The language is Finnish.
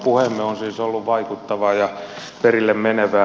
puheemme on siis ollut vaikuttavaa ja perille menevää